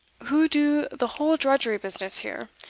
who do the whole drudgery business here,